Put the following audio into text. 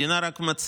המדינה רק,